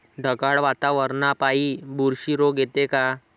ढगाळ वातावरनापाई बुरशी रोग येते का?